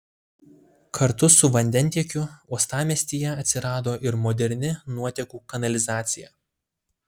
kartu su vandentiekiu uostamiestyje atsirado ir moderni nuotekų kanalizacija